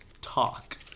talk